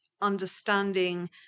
understanding